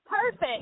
perfect